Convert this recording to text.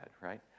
right